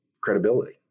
credibility